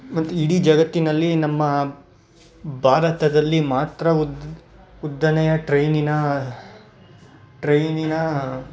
ಮತ್ತು ಇಡೀ ಜಗತ್ತಿನಲ್ಲಿ ನಮ್ಮ ಭಾರತದಲ್ಲಿ ಮಾತ್ರ ಉದ್ದ ಉದ್ದನೆಯ ಟ್ರೈನಿನ ಟ್ರೈನಿನ